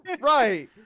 Right